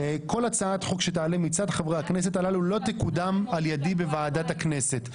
כל הצעת חוק שתעלה מצד חברי הכנסת הללו לא תקודם על ידי בוועדת הכנסת.